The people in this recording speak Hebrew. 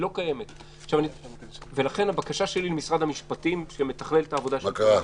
לכן הבקשה שלי ממשרד המשפטים שמתכלל את העבודה,